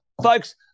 Folks